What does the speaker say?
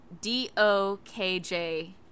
D-O-K-J